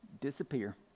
disappear